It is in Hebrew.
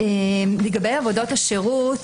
לגבי עבודות השירות,